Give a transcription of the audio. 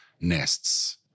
nests